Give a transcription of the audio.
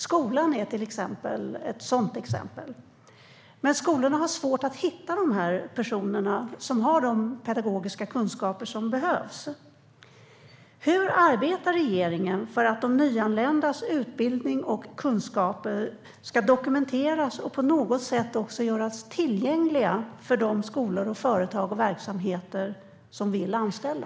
Skolan är ett sådant exempel. Men skolorna har svårt att hitta de personer som har de pedagogiska kunskaper som behövs. Hur arbetar regeringen för att de nyanländas utbildning och kunskaper ska dokumenteras och på något sätt också göras tillgängliga för de skolor, företag och verksamheter som vill anställa?